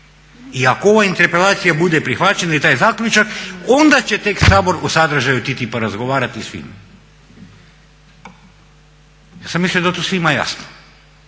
I ako ova interpelacija bude prihvaćena i taj zaključak onda će tek Sabor o sadržaju TTIP-a razgovarati. Ja sam mislio da je to svima jasno.